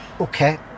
okay